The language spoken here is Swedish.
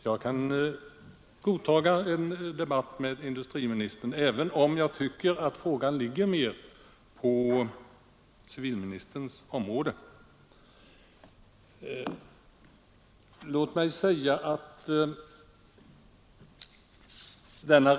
Jag kan alltså godtaga en debatt med industriministern, även om jag tycker att frågan mer ligger på civilministerns område.